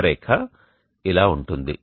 ఆ రేఖ ఇలా ఉంటుంది